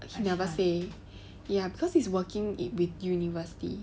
he never say ya because he's working it with university